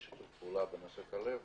אני עושה שיתוף פעולה בנושא כלבת